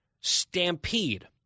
stampede